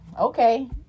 Okay